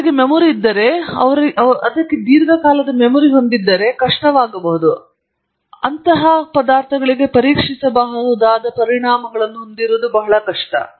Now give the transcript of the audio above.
ಅವರಿಗೆ ಮೆಮೊರಿಯಿದ್ದರೆ ಅವುಗಳು ದೀರ್ಘವಾದ ಮೆಮೊರಿ ಹೊಂದಿದ್ದರೆ ವಿಶೇಷವಾಗಿ ಕಷ್ಟವಾಗಬಹುದು ಅಂತಹ ಪದಾರ್ಥಗಳಿಗೆ ಪರೀಕ್ಷಿಸಬಹುದಾದ ಪರಿಣಾಮಗಳನ್ನು ಹೊಂದಿರುವುದು ಬಹಳ ಕಷ್ಟ